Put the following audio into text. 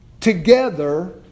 together